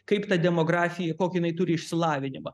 kaip ta demografija kokį jinai turi išsilavinimą